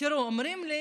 אומרים לי